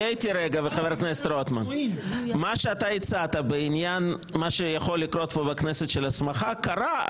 מה שאתה הצעת בעניין מה שיכול לקרות פה בכנסת של הסמכה קרה,